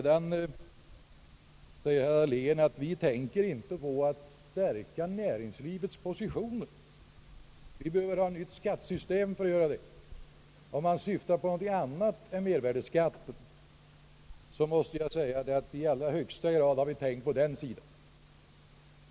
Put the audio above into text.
Vidare förklarar herr Dahlén att vi inte tänker på att stärka näringslivets positioner — man behöver ett nytt skattesystem för att göra det. Om han syftar på någonting annat än mervärdeskatten måste jag säga att vi i allra högsta grad har tänkt på den saken.